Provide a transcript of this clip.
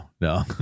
no